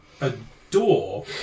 adore